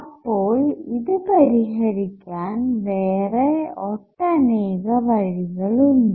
അപ്പോൾ ഇത് പരിഹരിക്കാൻ വേറെ ഒട്ടനേക വഴികളുണ്ട്